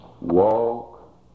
Walk